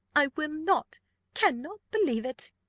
i will not cannot believe it.